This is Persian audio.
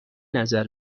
نظر